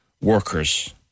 workers